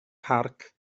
parc